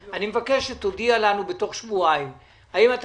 אני מבקש שתודיע לנו בתוך שבועיים האם אתה